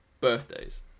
birthdays